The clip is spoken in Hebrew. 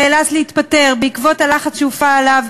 נאלץ להתפטר בעקבות הלחץ שהופעל עליו,